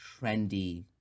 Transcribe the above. trendy